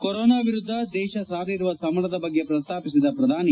corona ವಿರುದ್ದ ದೇಶ ಸಾರಿರುವ ಸಮರದ ಬಗ್ಗೆ ಪ್ರಸ್ತಾಪಿಸಿದ ಪ್ರಧಾನಿ